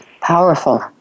Powerful